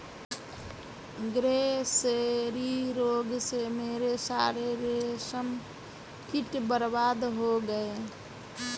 grasserie रोग से मेरे सारे रेशम कीट बर्बाद हो गए